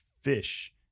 fish